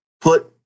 put